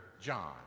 John